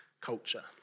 culture